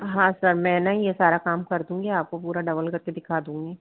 हाँ सर मैं ना ये सारा काम कर दूँगी आपको पूरा डबल करके दिखा दूँगी